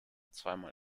zweimal